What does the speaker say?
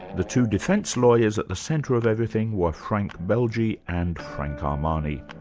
the two defence lawyers at the centre of everything were frank belge and frank armani.